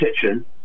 Kitchen